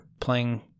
playing